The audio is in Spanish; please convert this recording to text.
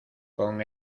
con